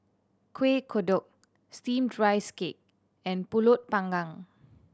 Kueh Kodok Steamed Rice Cake and Pulut Panggang